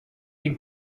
den